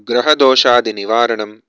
ग्रहदोषादि निवारणम्